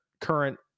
current